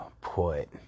put